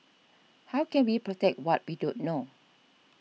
how can we protect what we don't know